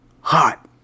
Hot